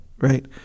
right